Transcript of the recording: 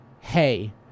hey